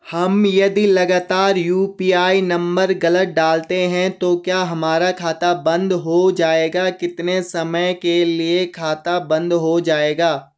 हम यदि लगातार यु.पी.आई नम्बर गलत डालते हैं तो क्या हमारा खाता बन्द हो जाएगा कितने समय के लिए खाता बन्द हो जाएगा?